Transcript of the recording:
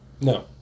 No